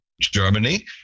Germany